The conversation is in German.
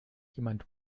jemand